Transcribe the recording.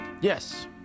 Yes